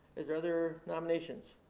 is there other nominations?